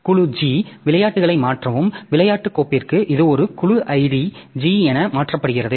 குழு Gவிளையாட்டுகளை மாற்றவும் விளையாட்டு கோப்பிற்கு இது ஒரு குழு ஐடி G என மாற்றப்படுகிறது